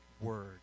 Word